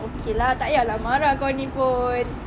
okay lah takya lah marah kau ni pun